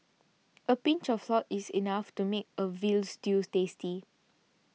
a pinch of salt is enough to make a Veal Stew tasty